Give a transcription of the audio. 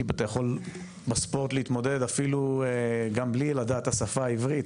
כי אתה יכול בספורט להתמודד אפילו גם בלי לדעת את השפה העברית.